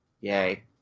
Yay